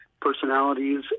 personalities